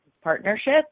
Partnership